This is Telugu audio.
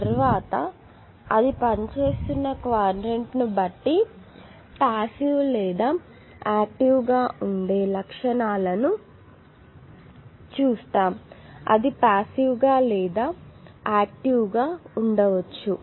తరువాత అది పనిచేస్తున్న క్వాడ్రంట్ను బట్టి పాసివ్ లేదా యాక్టివ్ గా ఉండే లక్షణాలను చూస్తాము అది ప్యాసివ్ గా లేదా యాక్టివ్ గా ఉండవచ్చు